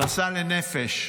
הכנסה לנפש,